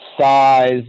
size